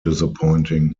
disappointing